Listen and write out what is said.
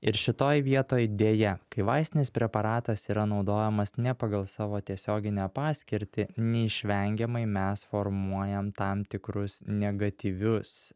ir šitoj vietoj deja kai vaistinis preparatas yra naudojamas ne pagal savo tiesioginę paskirtį neišvengiamai mes formuojam tam tikrus negatyvius